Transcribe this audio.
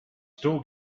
still